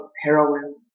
heroin